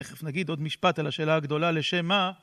תכף נגיד עוד משפט על השאלה הגדולה לשם מה?